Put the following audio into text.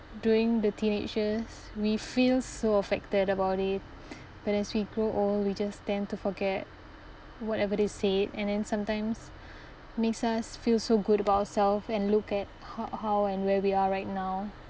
during the teenage years we feel so affected about it but as we grow old we just tend to forget whatever they said and then sometimes makes us feel so good about ourselves and look at h~ how and where we are right now